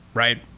right?